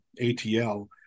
ATL